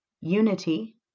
Unity